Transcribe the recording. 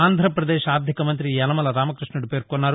ఆంధ్రప్రదేశ్ ఆర్దిక మంత్రి యనమల రామక్బష్ణుడు పేర్కొన్నారు